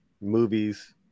movies